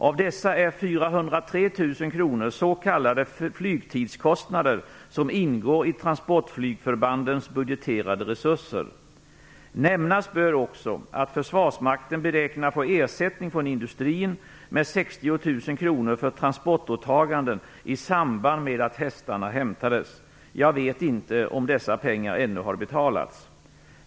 Av dessa är 403 000 kr s.k. flygtidskostnader som ingår i transportflygförbandens budgeterade resurser. Nämnas bör också att Försvarsmakten beräknar få ersättning från industrin med 60 000 kr för transportåtaganden i samband med att hästarna hämtades. Jag vet inte om dessa pengar ännu har betalats.